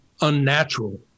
unnatural